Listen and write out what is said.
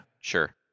Sure